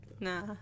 Nah